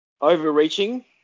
overreaching